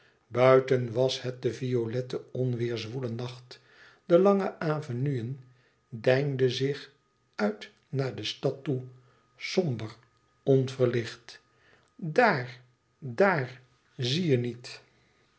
buiten was het de violette onweêrzwoele nacht de lange avenue deinde zich uit naar de stad toe somber onverlicht daar daar zie je niet